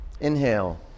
Inhale